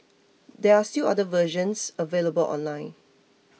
there are still other versions available online